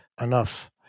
enough